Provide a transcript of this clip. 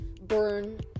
Burn